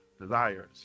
desires